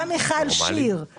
כולל מיכל שיר,